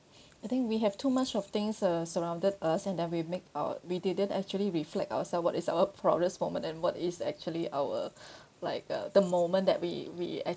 I think we have too much of things uh surrounded us and that we make our we didn't actually reflect ourselves what is our proudest moment and what is actually our like uh the moment that we we